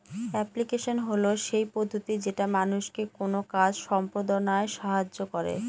application হল সেই পদ্ধতি যেটা মানুষকে কোনো কাজ সম্পদনায় সাহায্য করে